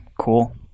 cool